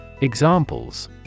Examples